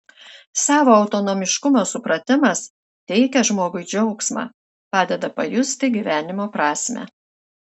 savo autonomiškumo supratimas teikia žmogui džiaugsmą padeda pajusti gyvenimo prasmę